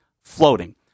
floating